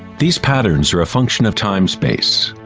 these patterns are a function of timespace.